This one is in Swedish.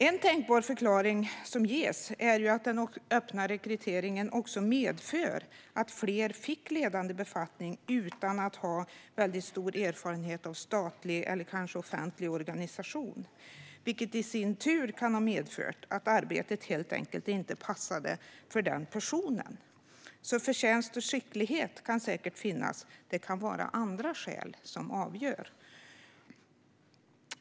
En tänkbar förklaring är att den öppna rekryteringen har medfört att flera fick ledande befattningar utan att ha stor erfarenhet av statlig eller offentlig organisation. Det kan i sin tur ha medfört att arbetet helt enkelt inte passade de personerna. Förtjänst och skicklighet kan säkert finnas. Det kan vara andra skäl som avgör.